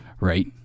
right